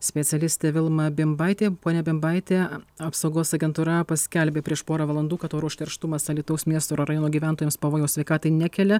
specialistė vilma bimbaitė ponia bimbaite apsaugos agentūra paskelbė prieš porą valandų kad oro užterštumas alytaus miesto ir rajono gyventojams pavojaus sveikatai nekelia